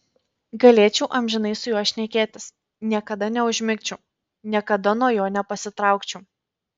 galėčiau amžinai su juo šnekėtis niekada neužmigčiau niekada nuo jo nepasitraukčiau